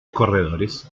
corredores